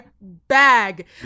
bag